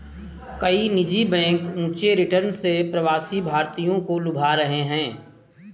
कई निजी बैंक ऊंचे रिटर्न से प्रवासी भारतीयों को लुभा रहे हैं